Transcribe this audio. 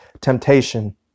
temptation